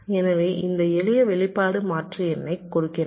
எனவே இந்த எளிய வெளிப்பாடு மாற்று எண்ணைக் கொடுக்கிறது